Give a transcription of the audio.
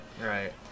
Right